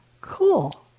Cool